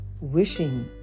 wishing